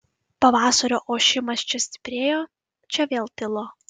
pavasario ošimas čia stiprėjo čia vėl tilo